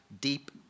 deep